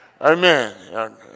Amen